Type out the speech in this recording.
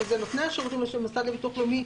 שאלה נותני השירותים של המוסד לביטוח לאומי,